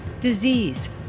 disease